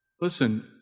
Listen